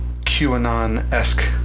QAnon-esque